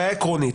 בעיה עקרונית.